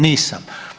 Nisam.